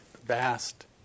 vast